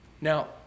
Now